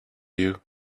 you